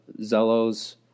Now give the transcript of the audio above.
Zello's